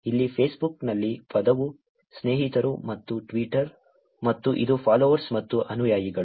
ಇಲ್ಲಿ ಫೇಸ್ಬುಕ್ನಲ್ಲಿ ಪದವು ಸ್ನೇಹಿತರು ಮತ್ತು ಟ್ವಿಟರ್ ಮತ್ತು ಇದು ಫಾಲ್ಲೋರ್ಸ್ ಮತ್ತು ಅನುಯಾಯಿಗಳು